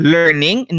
Learning